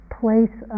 place